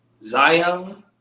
Zion